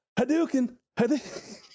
Hadouken